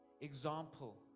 example